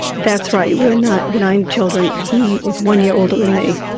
that's right, we're not, nine children, he was one year older than me.